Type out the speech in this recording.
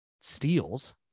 steals